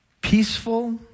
peaceful